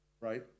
right